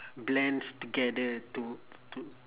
blends together to to